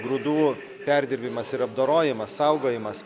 grūdų perdirbimas ir apdorojimas saugojimas